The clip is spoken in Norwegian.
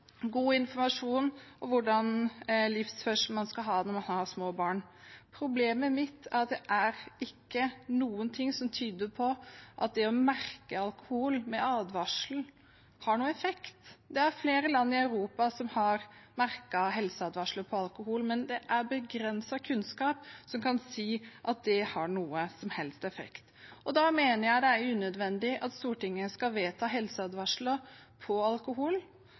informasjon om hva slags livsførsel man skal ha når man har små barn. Problemet mitt er at det ikke er noen ting som tyder på at det å merke alkohol med en advarsel har noen effekt. Det er flere land i Europa som har merket alkohol med en helseadvarsel, men det er begrenset med kunnskap som kan si at det har noen som helst effekt. Jeg mener det er unødvendig at Stortinget skal vedta å ha helseadvarsler på alkohol